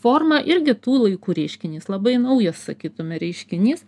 forma irgi tų laikų reiškinys labai naujas sakytume reiškinys